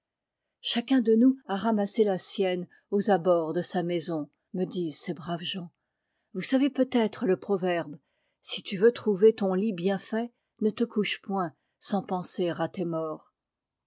chacun de nous a ramassé la sienne aux abords de sa maison me disent ces braves gens vous savez peut-être le proverbe si tu veux trouver ton lit bien fait ne te couche point sans penser à tes morts